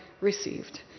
received